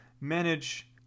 manage